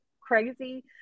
crazy